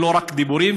ולא רק דיבורים.